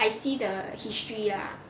I see the history lah ten percentile